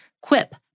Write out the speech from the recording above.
Quip